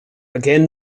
again